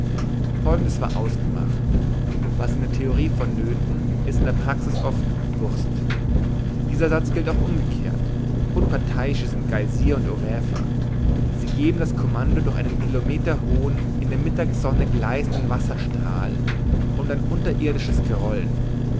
folgendes war ausgemacht was in der theorie vonnöten ist in der praxis oft wurst dieser satz gilt auch umgekehrt unparteiische sind geysir und oräfa sie geben das kommando durch einen kilometerhohen in der mittagssonne gleißenden wasserstrahl und ein unterirdisches grollen